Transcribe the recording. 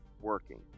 working